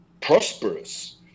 prosperous